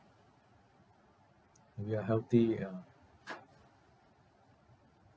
and we are healthy ya